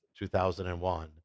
2001